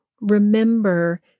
remember